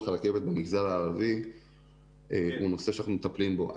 הרכבת במגזר הערבי הוא נושא שאנחנו מטפלים בו.